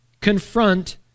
Confront